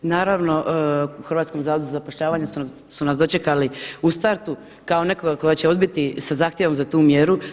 Naravno u Hrvatskom zavodu za zapošljavanje su nas dočekali u startu kao nekoga koga će odbiti sa zahtjevom za tu mjeru.